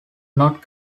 not